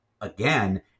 again